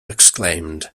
exclaimed